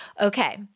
okay